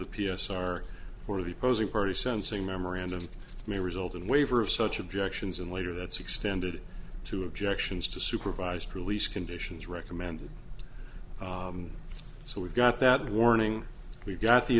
the p s r or the posing party sensing memorandum may result in a waiver of such objections and later that's extended to objections to supervised release conditions recommended so we've got that warning we've got the